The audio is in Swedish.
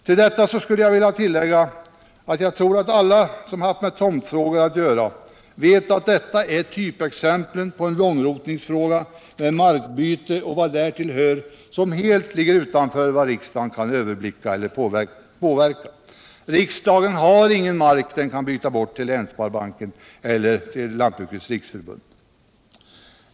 Till detta skulle jag vilja lägga att jag tror att alla som haft med tomtfrågor att göra vet alt detta är typexemplet på en sådan långrotningsfråga med markbyte och vad därtill hör, vilken helt ligger utanför vad riksdagen kan överblicka eller påverka. Riksdagen har ingen mark som kan bytas bort till Länssparbanken eller Lantbrukarnas riksförbund.